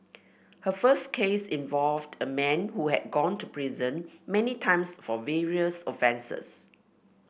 her first case involved a man who had gone to prison many times for various offences